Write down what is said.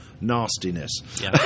nastiness